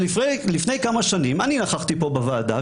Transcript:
לפני כמה שנים אני נכחתי פה בוועדה,